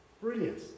Brilliant